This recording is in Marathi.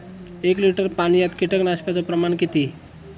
एक लिटर पाणयात कीटकनाशकाचो प्रमाण किती?